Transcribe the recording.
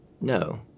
no